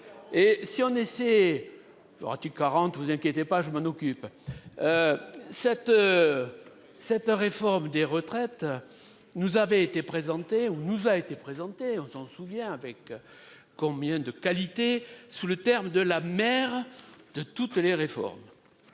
Et si on essaie. Faudra-t-il 40. Vous inquiétez pas je m'en occupe. Cette. Cette réforme des retraites nous avait été présenté où nous a été présenté, on s'en souvient avec. Combien de qualité sous le terme de la mère de toutes les réformes.